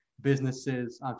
businesses